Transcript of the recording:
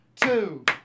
two